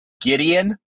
Gideon